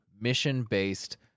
mission-based